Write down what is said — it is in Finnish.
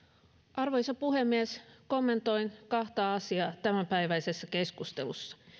arvoisa puhemies kommentoin kahta asia tämänpäiväisessä keskustelussa